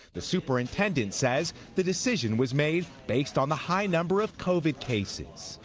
the superintendent says the decision was made based on the high number of covid cases.